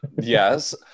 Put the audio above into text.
yes